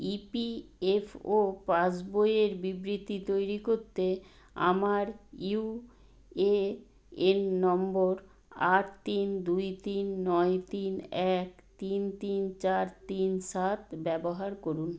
EPFO পাসবই এর বিবৃতি তৈরি করতে আমার ইউএএন নম্বর আট তিন দুই তিন নয় তিন এক তিন তিন চার তিন সাত ব্যবহার করুন